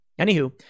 Anywho